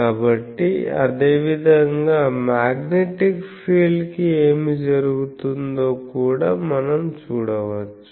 కాబట్టి అదేవిధంగా magnetic field కి ఏమి జరుగుతుందో కూడా మనం చూడవచ్చు